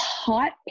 Hot